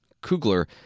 Kugler